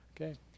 Okay